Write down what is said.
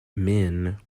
men